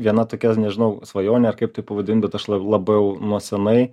viena tokia nežinau svajonė ar kaip tai pavadint tešla labiau nuo senai